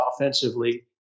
offensively